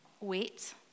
wait